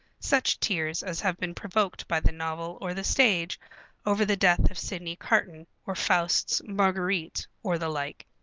such tears as have been provoked by the novel or the stage over the death of sidney carton or faust's marguerite or the like.